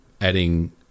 adding